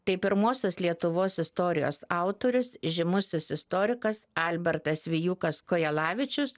tai pirmosios lietuvos istorijos autorius žymusis istorikas albertas vijūkas kojelavičius